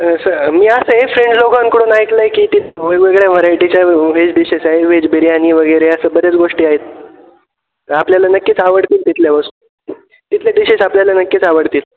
सं मी असं हे फ्रेंडस लोकांकडून ऐकलं आहे की तिथं वेगवेगळ्या व्हरायटीज आहे व्हेज डिशेस आहे व्हेज बिर्याणी वगेरे असं बऱ्याच गोष्टी आहेत आपल्याला नक्कीच आवडतील तिथल्या वस्तू तिथले डिशेस आपल्याला नक्कीच आवडतील